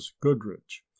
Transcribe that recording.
goodrich